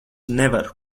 nevaru